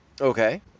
Okay